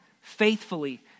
faithfully